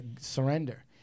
surrender